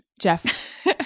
Jeff